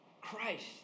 Christ